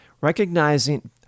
recognizing